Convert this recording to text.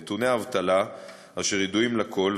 נתוני האבטלה אשר ידועים לכול,